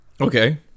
Okay